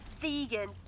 vegan